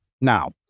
Now